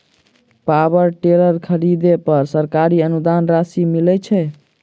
Power tiller खरीदे पर सरकारी अनुदान राशि मिलय छैय?